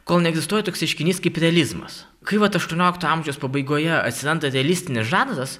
kol neegzistuoja toks reiškinys kaip realizmas kai vat aštuoniolikto amžiaus pabaigoje atsiranda realistinis žanras